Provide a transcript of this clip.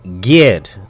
geared